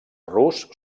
rus